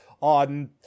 on